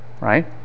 Right